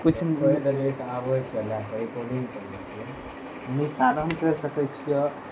किछु भी बोलि देलियै तऽ आबै छलए कहै बोडिंग चलबै छियै साधन कैरि सकैत छिअ